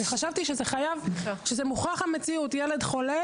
וחשבתי שזה כורח המציאות כי עם ילד חולה